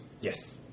Yes